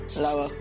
Lower